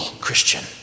Christian